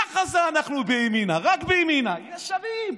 ככה זה אנחנו בימינה" רק בימינה ישרים,